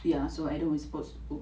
ya so adam was supposed to